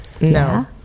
No